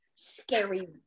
scary